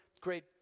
great